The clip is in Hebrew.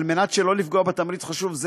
על מנת שלא לפגוע בתמריץ חשוב זה,